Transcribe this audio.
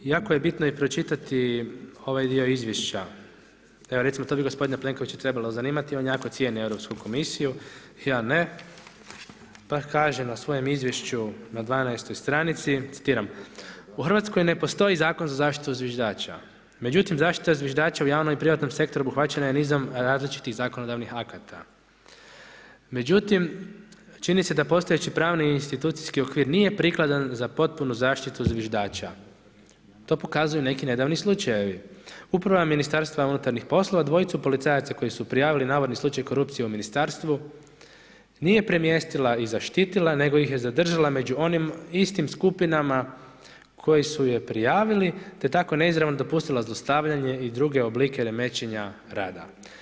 Jako je bitno i pročitati ovaj dio izvješća, evo recimo to bi gospodina Plenkovića trebalo zanimati, on jako cijeni Europsku komisiju, ja ne, pa kaže na svojem izvješću na 12 stranici, citiram: „U Hrvatskoj ne postoji zakon za zaštitu zviždača međutim zaštita zviždača u javnom i privatnom sektoru obuhvaćena je nizom različitih zakonodavnih akata, međutim čini se da postojeći pravni i institucijski okvir nije prikladan za potpunu zaštitu zviždača.“ To pokazuju neki nedavni slučajevi, uprava MUP dvojicu policajaca koji su prijavili navodni slučaj korupcije u ministarstvu, nije premjestila i zaštitila nego ih je zadržala među onim istim skupinama koji su je prijavili te tako neizravno dopustilo zlostavljanje i druge oblike remećenja rada.